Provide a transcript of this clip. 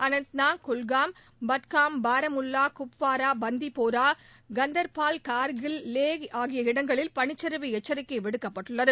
அனந்த்நாக் குல்காம் பட்கம் பாரமுல்லா குப்வாரா பந்திபோரா கந்தர்பால் கார்கில் லே ஆகிய இடங்களில் பனிச்சரிவு எச்சரிக்கை விடுக்கப்பட்டுள்ளது